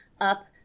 up